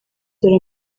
dore